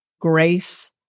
grace